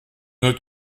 autre